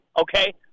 okay